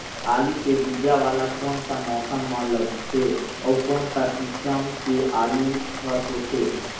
आलू के बीजा वाला कोन सा मौसम म लगथे अउ कोन सा किसम के आलू हर होथे?